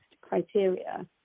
criteria